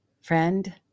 Friend